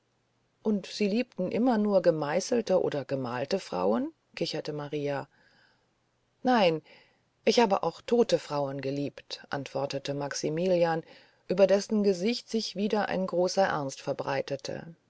und sie liebten immer nur gemeißelte oder gemalte frauen kicherte maria nein ich habe auch tote frauen geliebt antwortete maximilian über dessen gesicht sich wieder ein großer ernst verbreitete